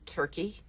turkey